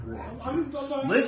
Listen